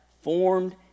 formed